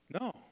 no